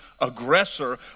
aggressor